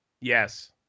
Yes